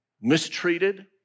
mistreated